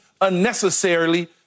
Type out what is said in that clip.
unnecessarily